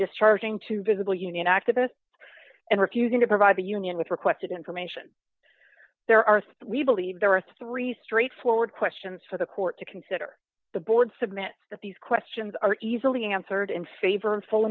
discharging to visible union activists and refusing to provide the union with requested information there are we believe there are three straightforward questions for the court to consider the board submit that these questions are easily answered in favor of full